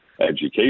education